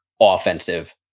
offensive